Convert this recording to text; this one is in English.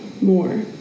more